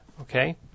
okay